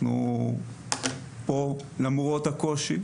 אנחנו פה למרות הקושי,